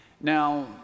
Now